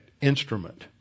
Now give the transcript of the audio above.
instrument